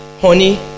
honey